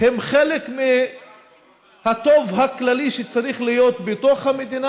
הם חלק מהטוב הכללי שצריך להיות בתוך המדינה